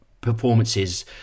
performances